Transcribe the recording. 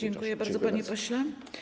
Dziękuję bardzo, panie pośle.